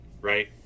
right